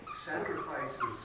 Sacrifices